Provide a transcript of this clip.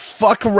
fuck